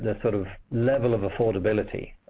ah sort of level of affordability,